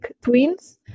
twins